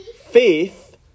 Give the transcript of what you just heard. Faith